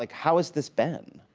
like how has this been?